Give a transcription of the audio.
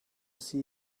see